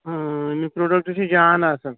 ٲں امیُک پرٛوڈکٹہٕ چھُ جان آسان